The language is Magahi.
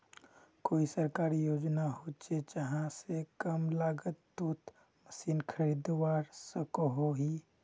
कोई सरकारी योजना होचे जहा से कम लागत तोत मशीन खरीदवार सकोहो ही?